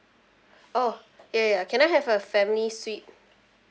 oh ya ya ya can I have a family suite